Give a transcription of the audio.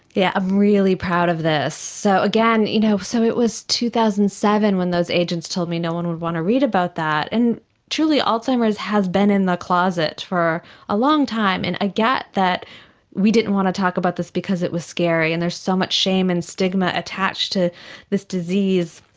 yeah i'm really proud of this. so you know so it was two thousand and seven when those agents told me no one would want to read about that, and truly alzheimer's has been in the closet for a long time, and i get that we didn't want to talk about this because it was scary and there's so much shame and stigma attached to this disease.